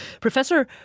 Professor